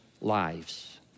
lives